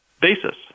basis